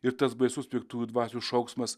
ir tas baisus piktųjų dvasių šauksmas